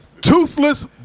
Toothless